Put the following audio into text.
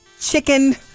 chicken